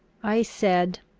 i said,